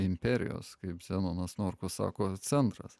imperijos kaip zenonas norkus sako centras